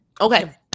Okay